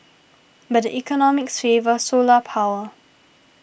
but the economics favour solar power